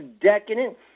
decadent